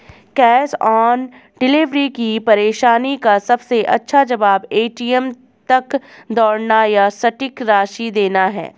cash on delivery की परेशानी का सबसे अच्छा जवाब, ए.टी.एम तक दौड़ना या सटीक राशि देना है